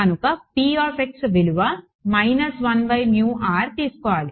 కనుక విలువ తీసుకోవాలి